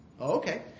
Okay